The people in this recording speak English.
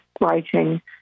writing